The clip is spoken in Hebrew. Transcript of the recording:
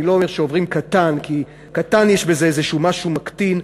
אני לא מאלה שאומרים "קטן" כי יש בזה משהו מקטין,